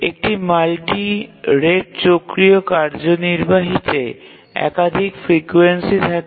একটি multi rate চক্রীয় কার্যনির্বাহীতে একাধিক ফ্রিকোয়েন্সি থাকে